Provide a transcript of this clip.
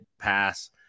pass